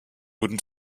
guten